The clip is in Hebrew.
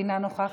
אינה נוכחת,